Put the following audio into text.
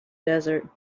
desert